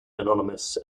anonymous